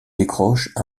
décroche